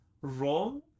wrong